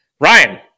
Ryan